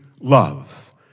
love